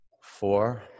four